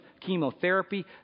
chemotherapy